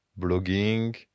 blogging